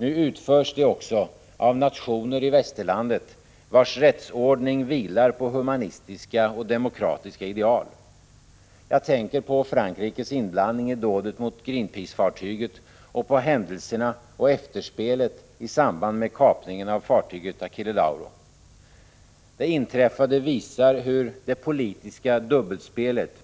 Nu utförs de också av nationer i västerlandet, vilkas rättsordning vilar på humanistiska och demokratiska ideal. Jag tänker på Frankrikes inblandning i dådet mot Greenpeace-fartyget och på händelserna och efterspelet i samband med kapningen av fartyget Achille Lauro. Det inträffade visar hur det politiska dubbelspelet